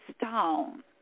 stone